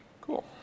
Cool